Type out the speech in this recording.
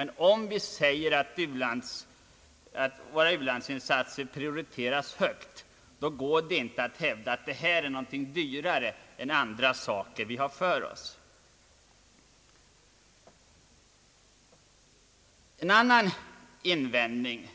Men om vi säger att våra u-landsinsatser prioriteras högt, går det inte att hävda att ekonomin hindrar samtidigt som resurserna ökar. En invändning